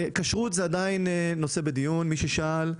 לגבי הכשרות, הנושא הזה עדיין בדיון, למי ששאל.